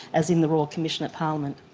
as in the royal commission at parliament.